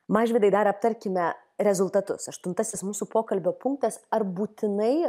mažvydai dar aptarkime rezultatus aštuntasis mūsų pokalbio punktas ar būtinai